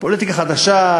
פוליטיקה חדשה,